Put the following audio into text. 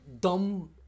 dumb